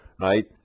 right